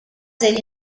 ele